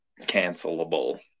cancelable